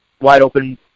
wide-open